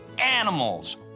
animals